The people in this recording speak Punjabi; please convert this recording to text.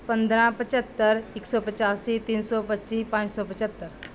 ਪੰਦਰਾਂ ਪਝੱਤਰ ਇੱਕ ਸੌ ਪਚਾਸੀ ਤਿੰਨ ਸੌ ਪੱਚੀ ਪੰਜ ਸੌ ਪਝੱਤਰ